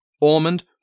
Ormond